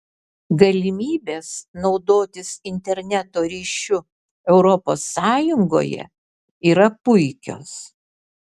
galimybės naudotis interneto ryšiu europos sąjungoje yra puikios